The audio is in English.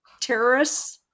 terrorists